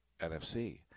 NFC